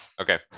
Okay